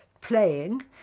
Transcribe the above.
playing